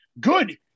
Good